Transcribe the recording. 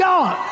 God